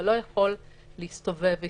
אבל לא יכול להסתובב איתו,